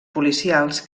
policials